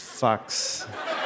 fucks